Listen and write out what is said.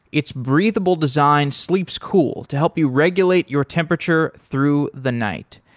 its breathable design slips cool to help you regulate your temperature through the night.